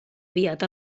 aviat